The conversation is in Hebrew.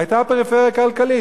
היתה פריפריה כלכלית.